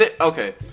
Okay